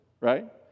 right